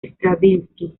stravinsky